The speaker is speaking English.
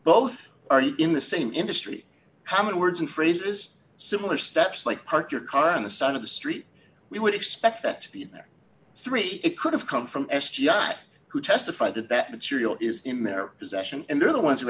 both in the same industry common words and phrases similar steps like park your car on the side of the street we would expect that to be there three it could have come from s g i who testified that that material is in their possession and they're the ones who